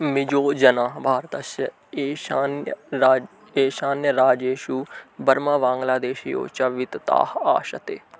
मिजो जनाः भारतस्य ईशान्यराज्यं ईशान्यराज्येषु बर्मावाङ्ग्लादेशयोः च वितताः आसते